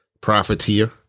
profiteer